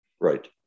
Right